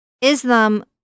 Islam